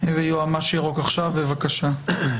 ויועמ"ש "ירוק עכשיו", בבקשה.